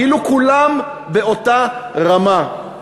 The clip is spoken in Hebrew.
כאילו כולם באותה רמה?